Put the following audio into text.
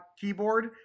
keyboard